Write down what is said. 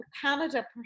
Canada